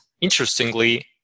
Interestingly